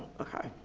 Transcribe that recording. okay,